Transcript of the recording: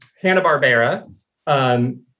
Hanna-Barbera